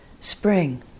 spring